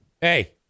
Hey